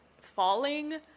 Falling